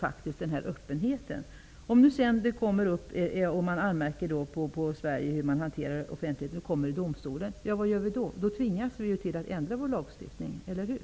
Om EG-direktivet går igenom och någon anmärker på vårt sätt att hantera offentlighet, och det hamnar i EG-domstolen -- vad gör vi då? Då tvingas vi ju att ändra vår lagstiftning, eller hur?